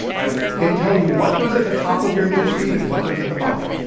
right? they tell you what goes at the top of your news feed and what goes at the bottom,